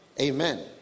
Amen